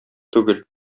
түгел